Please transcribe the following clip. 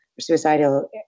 suicidal